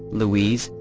louise,